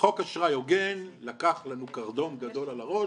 חוק אשראי הוגן, לקח לנו קרדום גדול על הראש.